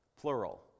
plural